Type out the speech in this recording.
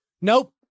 Nope